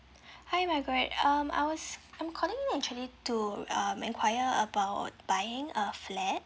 hi magaret um I was I'm calling actually to um enquire about buying a flat